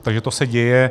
Takže to se děje.